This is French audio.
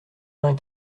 vingt